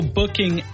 booking